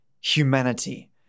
Humanity